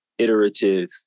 iterative